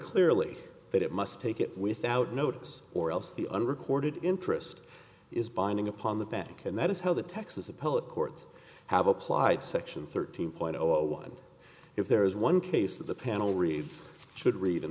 clearly that it must take it without notice or else the unrecorded interest is binding upon the bank and that is how the texas appellate courts have applied section thirteen point zero and if there is one case that the panel reads should read in